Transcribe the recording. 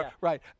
Right